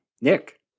Nick